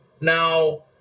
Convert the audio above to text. Now